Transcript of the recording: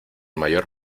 mayor